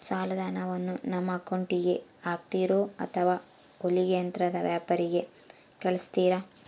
ಸಾಲದ ಹಣವನ್ನು ನಮ್ಮ ಅಕೌಂಟಿಗೆ ಹಾಕ್ತಿರೋ ಅಥವಾ ಹೊಲಿಗೆ ಯಂತ್ರದ ವ್ಯಾಪಾರಿಗೆ ಕಳಿಸ್ತಿರಾ?